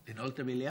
לנעול את המליאה?